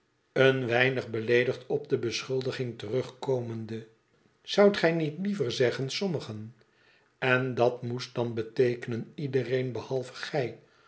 een weinig beleedigd op de beschuldiging terugkomende i zoudt gij niet liever zeggen sommigen len dat moest dan beteekenen iedereen behalve gij